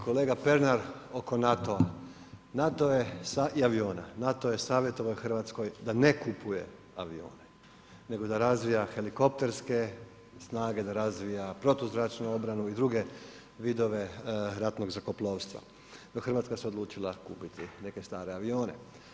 Kolega Pernar, oko NATO-a i aviona, NATO je savjetovao Hrvatskoj da ne kupuje avione, nego da razvija helikopterske snage, da razvija protuzračnu obranu i druge vidove ratnog zrakoplovstva, no Hrvatska se odlučila kupiti neke stare avione.